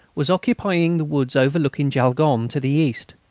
was occupying the woods overlooking jaulgonne to the east.